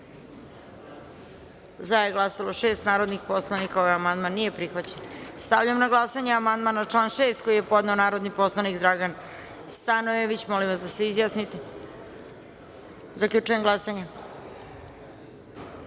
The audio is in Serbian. za je glasalo 10 narodnih poslanika. Ovaj amandman nije prihvaćen. Stavljam na glasanje amandman na član 7. koji je podneo narodni poslanik Dragan Stanojević. Molim vas da se izjasnite. Zaključujem glasanje: